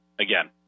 again